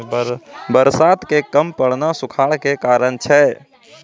बरसात के कम पड़ना सूखाड़ के कारण छै